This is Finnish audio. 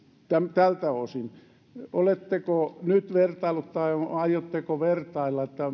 tältä osin oletteko nyt vertaillut tai aiotteko vertailla